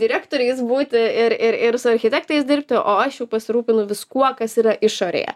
direktoriais būti ir ir ir su architektais dirbti o aš jau pasirūpinu viskuo kas yra išorėje